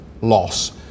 loss